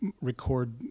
record